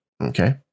Okay